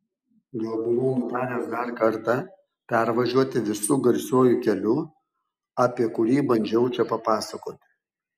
gal buvau nutaręs dar kartą pervažiuoti visu garsiuoju keliu apie kurį bandžiau čia papasakoti